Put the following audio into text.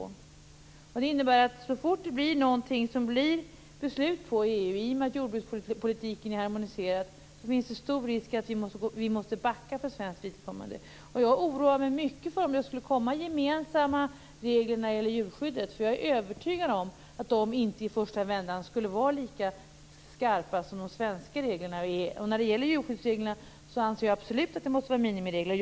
I och med att jordbrukspolitiken är harmoniserad innebär det att så fort någonting beslutas i EU finns det stor risk att vi från svensk sida måste backa. Jag oroar mig mycket för att det skulle komma gemensamma regler när det gäller djurskyddet, för jag är övertygad om att de i första vändan inte skulle vara lika skarpa som de svenska reglerna är. När det gäller djurskyddsreglerna anser jag och Miljöpartiet absolut att det måste vara minimiregler.